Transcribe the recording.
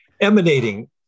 emanating